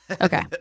Okay